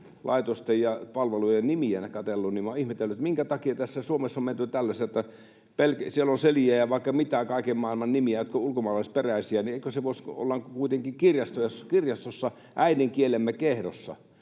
laitosten ja palvelujen nimiä katsellut, niin olen ihmetellyt, minkä takia Suomessa on menty tällaiseen, että siellä on Celia ja vaikka mitä kaiken maailman nimiä, jotka ovat ulkomaalaisperäisiä. Kun ollaan kuitenkin kirjastossa, äidinkielemme kehdossa,